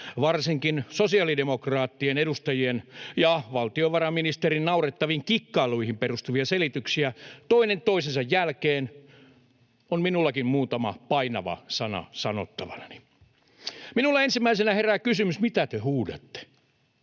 varsinkin sosiaalidemokraattien edustajien ja valtiovarainministerin naurettaviin kikkailuihin perustuvia selityksiä toinen toisensa jälkeen, on minullakin muutama painava sana sanottavanani. Minulle herää ensimmäisenä kysymys, mitä te huudatte?